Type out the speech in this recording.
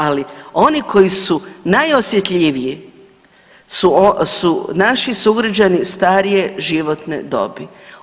Ali oni koji su najosjetljiviji su naši sugrađani starije životne dobi.